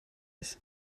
ich